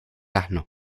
asno